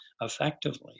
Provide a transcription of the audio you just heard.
effectively